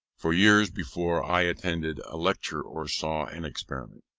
for years before i attended a lecture or saw an experiment.